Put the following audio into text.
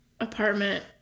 apartment